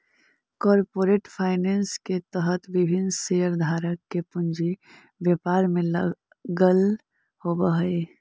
corporate finance के तहत विभिन्न शेयरधारक के पूंजी व्यापार में लगल होवऽ हइ